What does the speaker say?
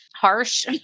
harsh